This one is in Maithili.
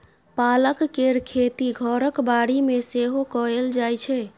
पालक केर खेती घरक बाड़ी मे सेहो कएल जाइ छै